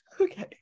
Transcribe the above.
okay